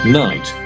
night